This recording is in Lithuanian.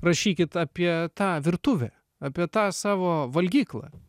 rašykit apie tą virtuvę apie tą savo valgyklą